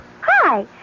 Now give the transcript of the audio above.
Hi